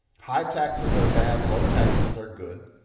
high taxes are bad. low taxes are good.